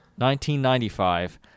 1995